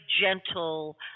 gentle